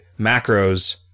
macros